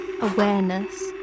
awareness